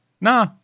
Nah